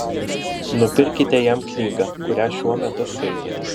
nupirkite jam knygą kurią šiuo metu skaitote